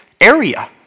area